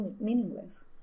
meaningless